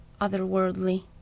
otherworldly